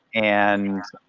and